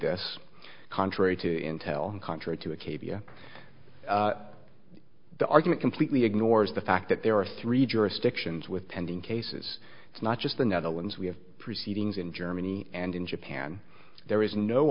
this contrary to intel contrary to a caveat the argument completely ignores the fact that there are three jurisdictions with pending cases it's not just the netherlands we have proceedings in germany and in japan there is no